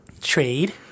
trade